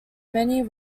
many